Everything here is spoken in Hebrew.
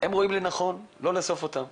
הן רואות לנכון לא לאסוף אותם.